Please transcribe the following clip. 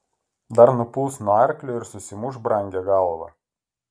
dar nupuls nuo arklio ir susimuš brangią galvą